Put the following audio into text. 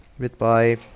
Goodbye